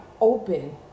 open